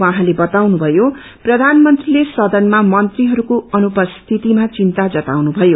उहाँले कताउनु भयो प्रधानमन्त्रीले सदनमा मन्त्रीहरूको अनुपस्थितिमा चिन्ता जताउनु भयो